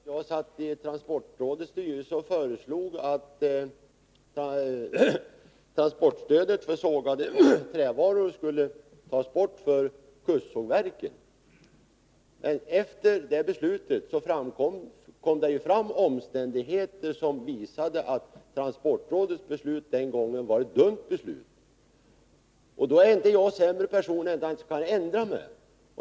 Herr talman! Jag var med om att i transportrådets styrelse fatta beslut om att transportstödet för sågade trävaror skulle tas bort i fråga om kustsågverken. Men sedan det beslutet fattats kom det fram omständigheter som visade att transportrådets beslut den gången var ett dumt beslut. Jag är inte sämre än att jag kan ändra mig.